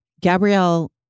Gabrielle